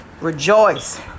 Rejoice